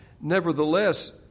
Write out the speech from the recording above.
Nevertheless